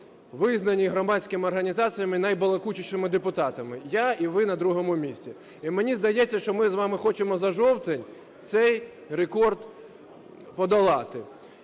визнані громадськими організаціями найбалакучішими депутатами, я і ви на другому місці. І мені здається, що ми з вами хочемо за жовтень цей рекорд подолати.